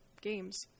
games